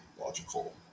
logical